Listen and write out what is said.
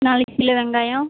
நாலு கிலோ வெங்காயம்